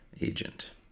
agent